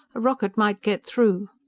a rocket might get through!